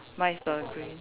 mine is the